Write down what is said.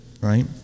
right